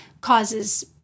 causes